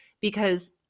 because-